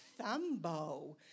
Thumbo